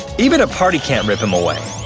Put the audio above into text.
even a party can't rip him away!